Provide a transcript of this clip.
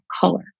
color